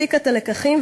הפיקה את הלקחים,